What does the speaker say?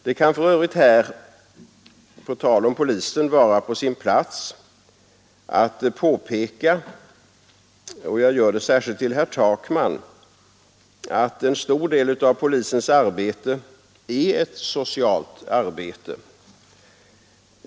Det kan för övrigt här på tal om poliser vara på sin plats att påpeka — jag gör det särskilt till herr Takman — att en stor del av polisens arbete är socialt arbete.